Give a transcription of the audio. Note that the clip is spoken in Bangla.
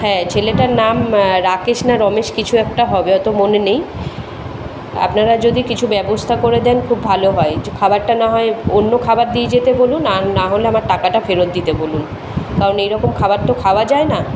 হ্যাঁ ছেলেটার নাম রাকেশ না রমেশ কিছু একটা হবে অত মনে নেই আপনারা যদি কিছু ব্যবস্থা করে দেন খুব ভালো হয় খাবারটা না হয় অন্য খাবার দিয়ে যেতে বলুন আর নাহলে আমার টাকাটা ফেরত দিতে বলুন কারণ এই রকম খাওয়ার তো খাওয়া যায় না